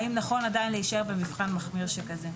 האם נכון עדיין להישאר במבחן מחמיר שכזה.